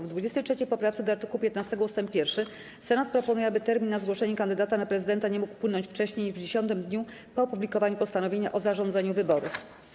W 23. poprawce do art. 15 ust. 1 Senat proponuje, aby termin na zgłoszenie kandydata na prezydenta nie mógł upłynąć wcześniej niż w 10. dniu po opublikowaniu postanowienia o zarządzeniu wyborów.